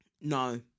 no